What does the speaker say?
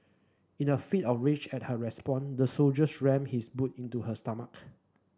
in a fit of rage at her response the soldier rammed his boot into her stomach